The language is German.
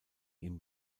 ihm